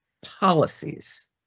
policies